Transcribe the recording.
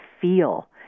feel